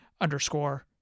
underscore